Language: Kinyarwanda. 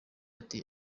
ati